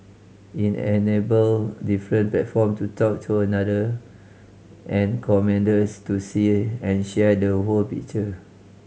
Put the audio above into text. it enable different platform to talk to another and commanders to see and share the whole picture